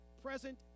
present